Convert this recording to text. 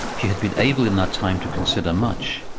she had been able in that time to consider much.